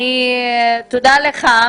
תודה לך.